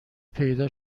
پیدا